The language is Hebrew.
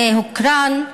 זה הוקרן,